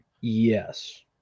Yes